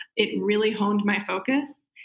it really honed my focus,